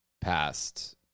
past